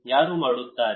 ಯಾರು ಮಾಡುತ್ತಾರೆ